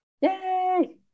yay